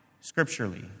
scripturally